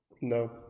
No